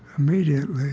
immediately